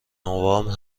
نوامبر